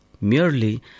merely